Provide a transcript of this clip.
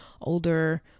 older